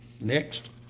Next